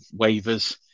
waivers